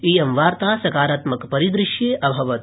इयं वार्ता सकारात्मक परिदृश्ये अभवत्